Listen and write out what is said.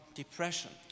depression